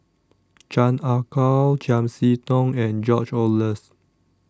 Chan Ah Kow Chiam See Tong and George Oehlers